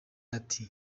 ati